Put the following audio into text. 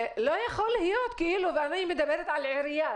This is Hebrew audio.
אני מדברת על עירייה.